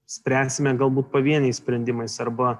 spręsime galbūt pavieniais sprendimais arba